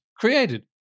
created